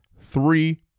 Three